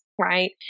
right